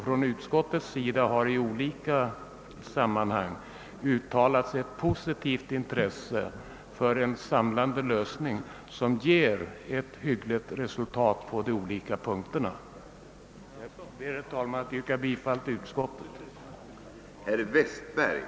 Från utskottets sida har i olika sammanhang uttalats ett positivt intresse för en samlande lösning, som ger ett hyggligt resultat på de olika punkterna. Moe Herr talman! Jag ber att få yrka bifall till utskottets hemställan.